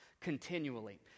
continually